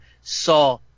saw